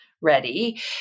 ready